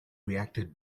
reacted